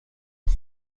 پول